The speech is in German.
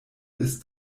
ist